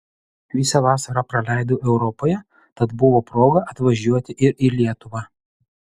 visą vasarą praleidau europoje tad buvo proga atvažiuoti ir į lietuvą